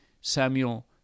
Samuel